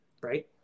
right